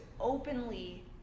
openly